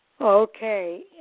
Okay